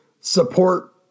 support